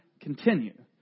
continue